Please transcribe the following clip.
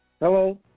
Hello